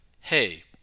hey